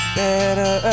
better